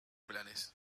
planes